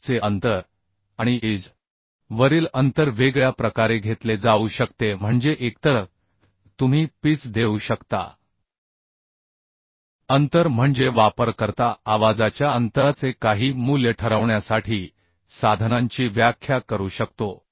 pitch चे अंतर आणि एज वरील अंतर वेगळ्या प्रकारे घेतले जाऊ शकते म्हणजे एकतर तुम्ही पिच देऊ शकता अंतर म्हणजे वापरकर्ता आवाजाच्या अंतराचे काही मूल्य ठरवण्यासाठी साधनांची व्याख्या करू शकतो